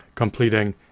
completing